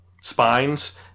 spines